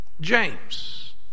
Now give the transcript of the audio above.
James